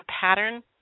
pattern